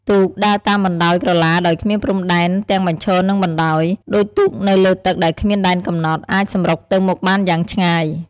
ទូក ដើរតាមបណ្តោយក្រឡាដោយគ្មានព្រំដែនទាំងបញ្ឈរ និងបណ្តាយ ដូចទូកនៅលើទឹកដែលគ្មានដែនកំណត់ អាចសម្រុកទៅមុខបានយ៉ាងឆ្ងាយ។